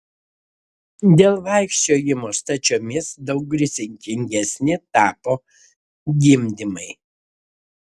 dėl vaikščiojimo stačiomis daug rizikingesni tapo gimdymai